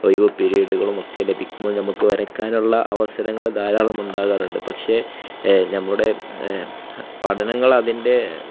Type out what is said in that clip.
ഒഴിവ് പീരിയഡുകളും ഒക്കെ ലഭിക്കുമ്പോൾ നമുക്ക് വരയ്ക്കാനുള്ള അവസരങ്ങൾ ധാരാളം ഉണ്ടാകാറുണ്ട് പക്ഷേ നമ്മുടെ പഠനങ്ങൾ അതിൻ്റെ